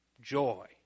joy